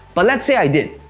but let's say i did.